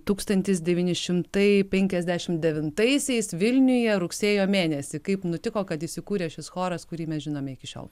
tūkstantis devyni šimtai penkiasdešim devintaisiais vilniuje rugsėjo mėnesį kaip nutiko kad įsikūrė šis choras kurį mes žinome iki šiol